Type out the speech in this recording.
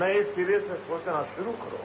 नये सिरे से सोचना शुरू करो